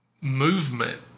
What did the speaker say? movement